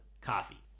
coffee